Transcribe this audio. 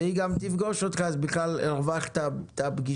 והיא גם תפגוש אותך אז בכלל הרווחת את הפגישה.